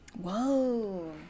Whoa